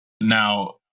now